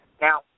Now